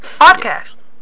Podcast